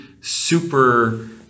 super